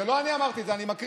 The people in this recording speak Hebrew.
לא אני אמרתי את זה, אני מקריא.